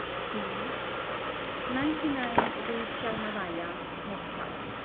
scene ninety nine rue tchernavaya, moscow.